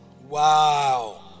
Wow